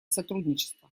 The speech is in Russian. сотрудничества